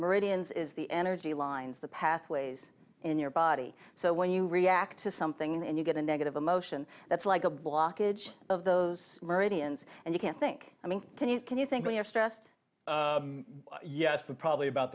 meridians is the energy lines the pathways in your body so when you react to something and you get a negative emotion that's like a blockage of those meridians and you can't think i mean can you can you think when you're stressed yes but probably about